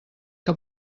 que